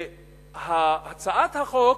הצעת החוק